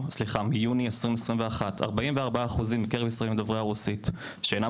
מיוני 2021 44% מקרב הישראלים דוברי הרוסית שאינם